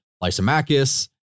Lysimachus